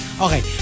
okay